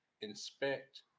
inspect